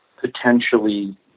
potentially